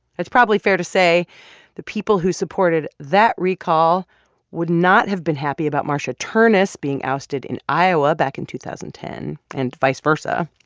it's probably fair to say the people who supported that recall would not have been happy about marsha ternus being ousted in iowa back in two thousand and ten and vice versa.